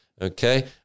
Okay